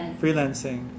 freelancing